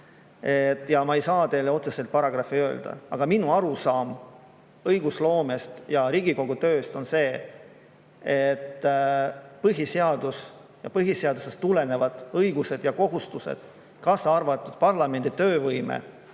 ja ma ei saa teile otseselt paragrahvi öelda. Aga minu arusaam õigusloomest ja Riigikogu tööst on selline, et põhiseadus ja põhiseadusest tulenevad õigused ja kohustused, kaasa arvatud parlamendi töövõime,